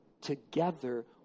Together